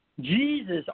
Jesus